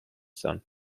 son